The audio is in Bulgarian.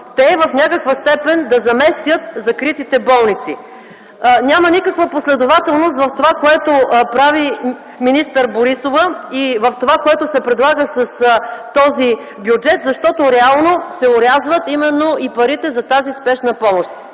те в някаква степен да заместят закритите болници. Няма никаква последователност в това, което прави министър Борисова, и в това, което се предлага с този бюджет, защото реално се орязват именно парите за тази спешна помощ,